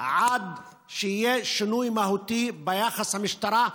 עד שיהיה שינוי מהותי ביחס של המשטרה,